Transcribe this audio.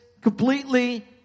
completely